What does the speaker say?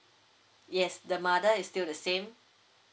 yes the mother is still the same